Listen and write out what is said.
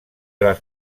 las